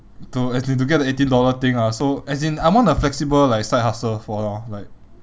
to as in to get the eighteen dollar thing lah so as in I want a flexible like side hustle for now like